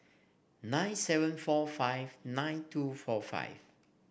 nine seven four five nine two four five